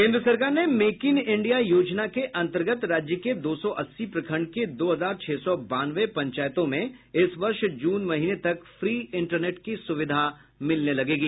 केन्द्र सरकार के मेक इन इंडिया योजना के अन्तर्गत राज्य के दो सौ अस्सी प्रखंड के दो हजार छह सौ बानवे पंचायतों में इस वर्ष जून महीने तक फ्री इंटरनेट की सुविधा मिलने लगेगी